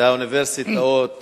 שהאוניברסיטאות